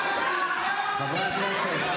חברי הכנסת.